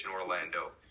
Orlando